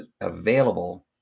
available